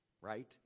right